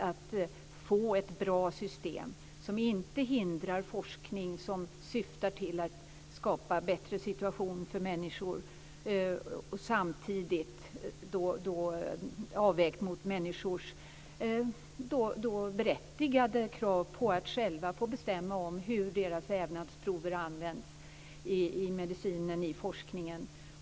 Vi vill ha ett bra system som inte hindrar forskning som syftar till att skapa en bättre situation för människor samtidigt som man gör en avvägning mot människors berättigade krav på att själva få bestämma hur deras vävnadsprover används i medicin och forskning.